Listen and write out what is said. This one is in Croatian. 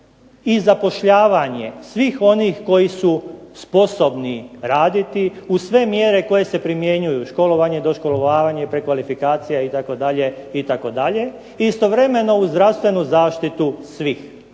i zapošljavanje svih onih koji su sposobni raditi uz sve mjere koje se primjenjuju, školovanje, doškolovavanje, prekvalifikacija itd., i istovremeno uz zdravstvenu zaštitu svih